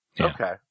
Okay